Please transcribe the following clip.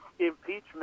Impeachment